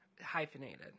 hyphenated